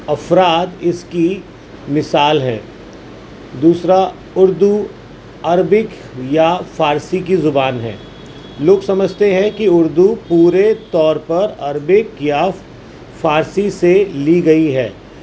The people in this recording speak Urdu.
افراد اس کی مثال ہیں دوسرا اردو عربک یا فارسی کی زبان ہے لوگ سمجھتے ہیں کہ اردو پورے طور پر عربک یا فارسی سے لی گئی ہے